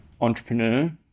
entrepreneur